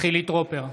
חילי טרופר,